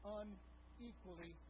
unequally